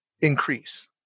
increase